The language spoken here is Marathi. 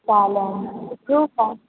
चालेल ठेवू काय